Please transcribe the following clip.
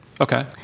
Okay